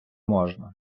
можна